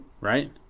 Right